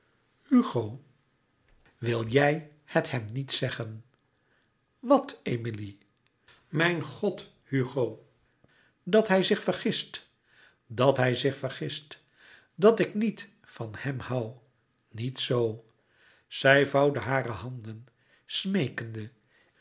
hugo wil jij het hem niet zeggen wat emilie louis couperus metamorfoze mijn god hugo dat hij zich vergist dat hij zich vergist dat ik niet van hem hoû niet zoo zij vouwde hare handen smeekende